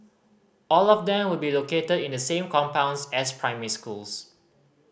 all of them will be located in the same compounds as primary schools